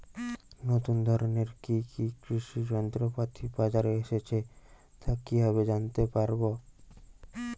নতুন ধরনের কি কি কৃষি যন্ত্রপাতি বাজারে এসেছে তা কিভাবে জানতেপারব?